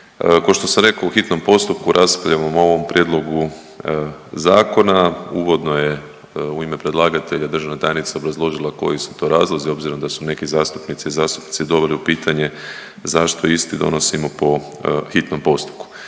Košto sam rekao, u hitnom postupku raspravljamo o ovom prijedlogu zakona, uvodno je u ime predlagatelja državna tajnica obrazložila koji su to razlozi obzirom da su neke zastupnice i zastupnici doveli u pitanje zašto isti donosimo po hitnom postupku.